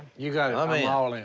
you got it. i'm ah yeah ah all-in.